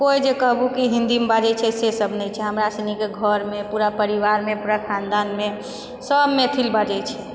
कोइ जे कहबो कि हिन्दीमे बाजै छै से सब नहि छै हमरा सुनीके घरमे पूरा परिवारमे पूरा खानदानमे सब मैथिल बाजै छै